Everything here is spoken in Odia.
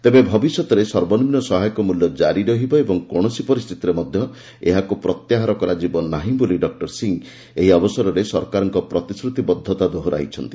ତେବେ ଭବିଷ୍ୟତରେ ସର୍ବନିମ୍ନ ସହାୟକ ମୂଲ୍ୟ ଜାରି ରହିବ ଏବଂ କୌଣସି ପରିସ୍ଥିତିରେ ମଧ୍ୟ ଏହାକୁ ପ୍ରତ୍ୟାହାର କରାଯିବ ନାହିଁ ବୋଲି ଡକୁର ସିଂହ ଏହି ଅବସରରେ ସରକାରଙ୍କ ପ୍ରତିଶ୍ରତିବଦ୍ଧତା ଦୋହରାଇଛନ୍ତି